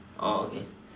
oh okay